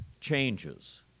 changes